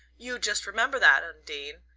you just remember that. undine.